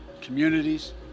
communities